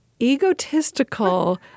egotistical